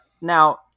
Now